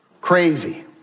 Crazy